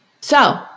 So-